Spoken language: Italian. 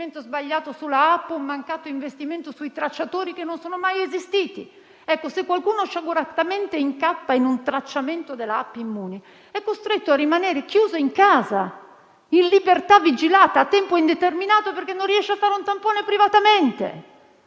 sbagliato sulla *app*, un mancato investimento sui tracciatori, che non sono mai esistiti. Ebbene, se qualcuno sciaguratamente incappa in un tracciamento della *app* Immuni, è costretto a rimanere chiuso in casa in libertà vigilata a tempo indeterminato perché non riesce a fare un tampone privatamente.